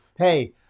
hey